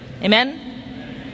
Amen